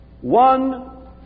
one